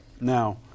Now